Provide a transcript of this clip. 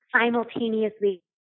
simultaneously